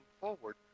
forward